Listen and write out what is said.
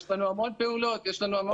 יש לנו המון פעולות שאנחנו עושים.